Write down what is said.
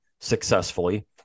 successfully